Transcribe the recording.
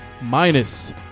minus